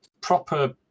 proper